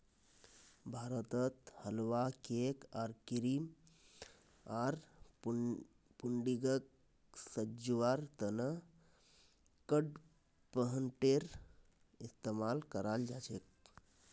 भारतत हलवा, केक आर क्रीम आर पुडिंगक सजव्वार त न कडपहनटेर इस्तमाल कराल जा छेक